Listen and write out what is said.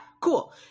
cool